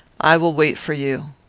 i will wait for you.